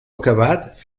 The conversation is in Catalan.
acabat